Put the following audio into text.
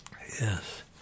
yes